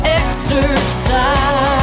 exercise